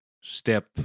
Step